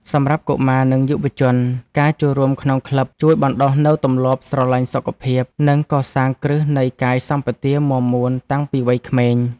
សម្រាប់កុមារ និងយុវជន ការចូលរួមក្នុងក្លឹបជួយបណ្ដុះនូវទម្លាប់ស្រឡាញ់សុខភាព និងកសាងគ្រឹះនៃកាយសម្បទាមាំមួនតាំងពីវ័យក្មេង។